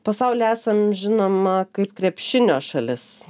pasauly esam žinoma kaip krepšinio šalis